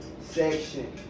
section